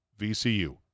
VCU